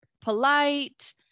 polite